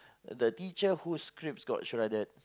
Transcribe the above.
the teacher whose scripts got shredded